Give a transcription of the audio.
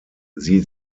sie